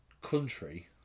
country